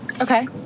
Okay